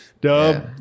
Dub